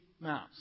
Mouse